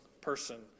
person